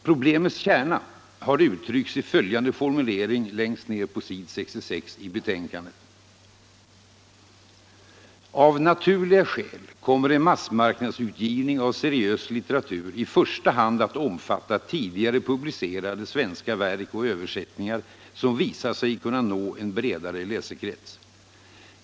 Problemets kärna har uttryckts i följande formulering längst ner på s. 66 i betänkandet: ”Av naturliga skäl kommer en massmarknadsutgivning av seriös litteratur i första hand att omfatta tidigare publicerade svenska verk och översättningar som visat sig kunna nå en bredare lä Kulturpolitiken Kulturpolitiken sekrets.